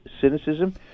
cynicism